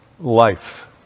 life